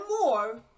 more